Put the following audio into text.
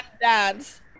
dance